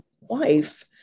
wife